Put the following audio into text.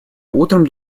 утром